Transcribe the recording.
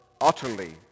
utterly